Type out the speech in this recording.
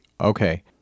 okay